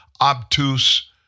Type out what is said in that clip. obtuse